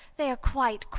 they are quite,